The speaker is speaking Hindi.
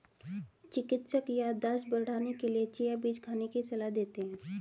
चिकित्सक याददाश्त बढ़ाने के लिए चिया बीज खाने की सलाह देते हैं